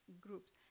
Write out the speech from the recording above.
groups